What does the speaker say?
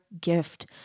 gift